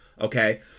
okay